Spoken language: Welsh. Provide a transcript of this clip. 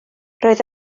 roedd